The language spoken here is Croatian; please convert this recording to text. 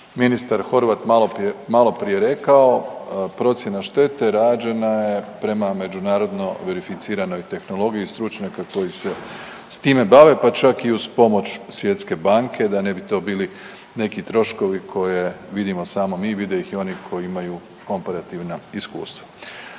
ministar Horvat maloprije rekao procjena štete rađena je prema međunarodno verificiranoj tehnologiji stručnjaka koji se s time bave pa čak i uz pomoć Svjetske banke da ne bi to bili neki troškovi koje ne vidimo samo mi, vide ih i oni koji imaju komparativna iskustva.